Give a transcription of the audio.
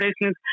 business